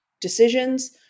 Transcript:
decisions